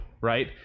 right